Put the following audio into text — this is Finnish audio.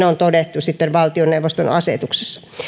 on todettu valtioneuvoston asetuksessa